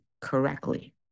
correctly